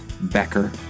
Becker